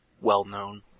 well-known